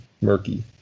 murky